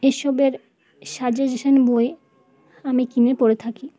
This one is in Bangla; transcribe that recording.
এসবের সাজেশান বই আমি কিনে পড়ে থাকি